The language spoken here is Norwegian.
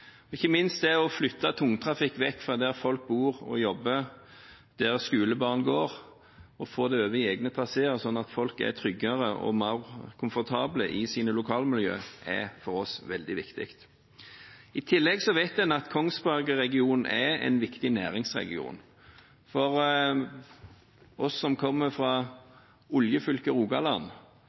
Ikke minst det å flytte tungtrafikk vekk fra der hvor folk bor og jobber, og der skolebarn går, og få det over i egne traséer sånn at folk er tryggere og mer komfortable i sine lokalmiljøer, er for oss veldig viktig. I tillegg vet en at Kongsberg-regionen er en viktig næringsregion. For oss som kommer fra oljefylket Rogaland,